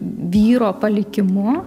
vyro palikimu